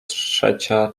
trzecia